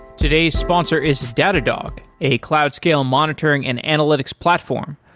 today's sponsor is data dog a cloud scale monitoring and analytics platform.